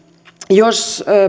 jos